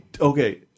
okay